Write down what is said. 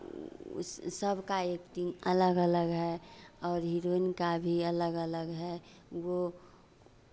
उस सबका एक दिन अलग अलग है और हिरोइन का भी अलग अलग है वो